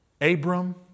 Abram